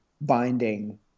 binding